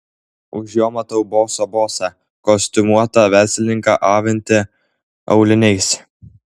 už jo matau boso bosą kostiumuotą verslininką avintį auliniais